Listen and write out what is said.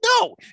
No